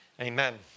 Amen